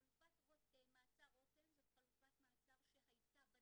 חלופת מעצר 'רותם' זאת חלופת מעצר שהייתה בדרום,